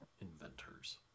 inventors